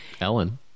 Ellen